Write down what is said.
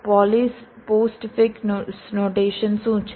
તો Polish postfix notation શું છે